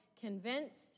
convinced